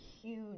huge